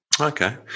Okay